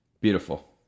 beautiful